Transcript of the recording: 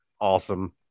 awesome